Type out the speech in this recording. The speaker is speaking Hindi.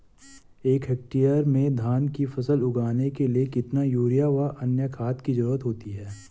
एक हेक्टेयर में धान की फसल उगाने के लिए कितना यूरिया व अन्य खाद की जरूरत होती है?